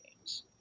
games